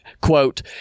quote